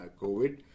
COVID